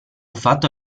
fatto